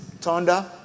thunder